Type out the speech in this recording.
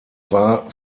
war